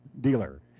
dealer